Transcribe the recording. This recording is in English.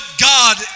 God